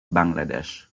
bangladesh